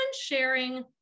sharing